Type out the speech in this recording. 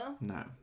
No